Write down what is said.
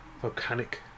Volcanic